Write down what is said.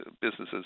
businesses